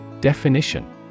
Definition